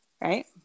Right